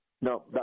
No